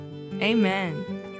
Amen